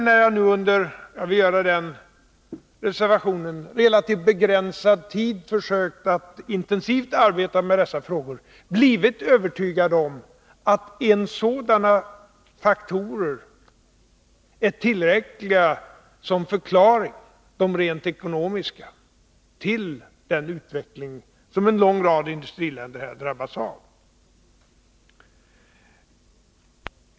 När jag nu under en relativt begränsad tid försökt att intensivt arbeta med dessa frågor — jag vill göra den reservationen — har jag inte blivit övertygad om att rent ekonomiska faktorer är tillräckliga som förklaring till den utveckling som en lång rad industriländer har drabbats av.